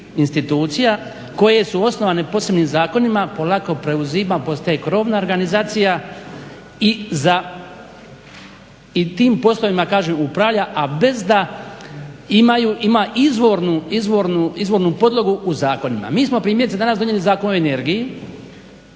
institucija koje su osnovane posebnim zakonima polako preuzima i postaje krovna organizacija i tim poslovima kažem upravlja a bez da ima izvornu podlogu u zakonima. Mi smo primjerice danas donijeli Zakon o energiji,